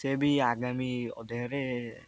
ସେ ବି ଆଗାମୀ ଅଧ୍ୟାୟରେ